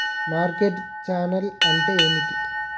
Market channel అంటే ఏమిటి?